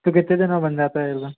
तो कितने दिन में बन जाता एलबम